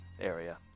area